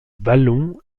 ballon